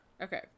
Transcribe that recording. Okay